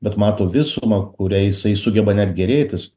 bet mato visumą kuria jisai sugeba net gėrėtis